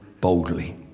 boldly